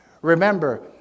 Remember